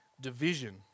division